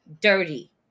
dirty